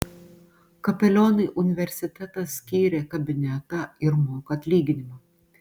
kapelionui universitetas skyrė kabinetą ir moka atlyginimą